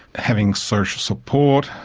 having social support.